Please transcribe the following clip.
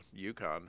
UConn